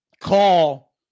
Call